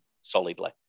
solidly